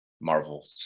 Marvel